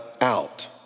out